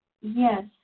Yes